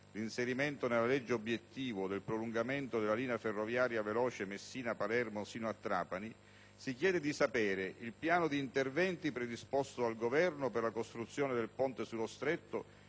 l'inserimento nella legge-obiettivo del prolungamento della linea ferroviaria veloce Messina-Palermo fino a Trapani, si chiede di conoscere il piano di interventi predisposto dal Governo per la costruzione del ponte sullo Stretto